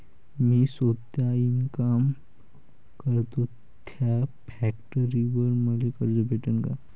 मी सौता इनकाम करतो थ्या फॅक्टरीवर मले कर्ज भेटन का?